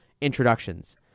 introductions